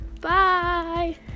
Bye